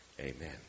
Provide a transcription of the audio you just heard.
Amen